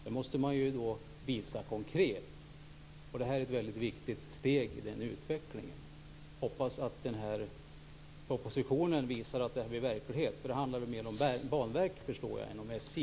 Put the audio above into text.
Det måste man visa konkret, och det här är ett väldigt viktigt steg i den utvecklingen. Jag hoppas att den här propositionen visar att det här blir verklighet. Jag förstår att det här handlar mer om Banverket än om SJ.